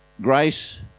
Grace